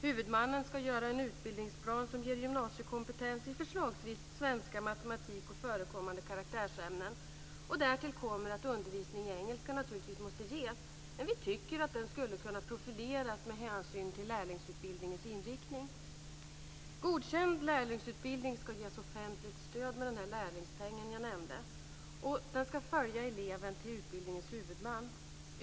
Huvudmannen ska göra en utbildningsplan som ger gymnasiekompetens i förslagsvis svenska, matematik och förekommande karaktärsämnen. Därtill kommer att undervisning i engelska naturligtvis måste ges. Vi tycker att den skulle kunna profileras med hänsyn till lärlingsutbildningens inriktning. Godkänd lärlingsutbildning ska ges offentligt stöd med den lärlingspeng jag nämnde. Den ska följa eleven till utbildningens huvudman.